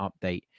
update